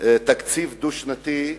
תקציב דו-שנתי,